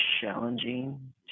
challenging